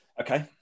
Okay